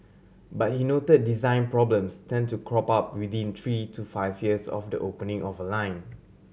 but he noted design problems tend to crop up within three to five years of the opening of a line